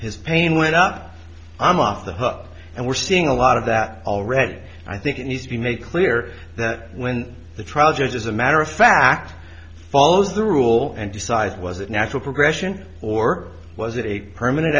his pain went up i'm off the hook and we're seeing a lot of that already i think it needs to be made clear that when the trial judge as a matter of fact follows the rule and decide was it a natural progression or was it a permanent